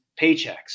paychecks